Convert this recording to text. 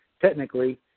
Technically